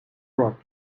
rot